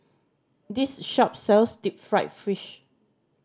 this shop sells deep fried fish